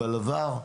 אבל עבר.